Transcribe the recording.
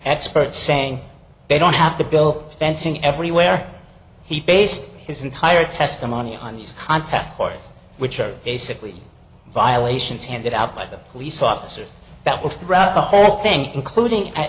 experts saying they don't have the bill fencing everywhere he based his entire testimony on his contact course which are basically violations handed out by the police officers that were throughout the whole thing including